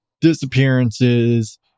disappearances